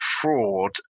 fraud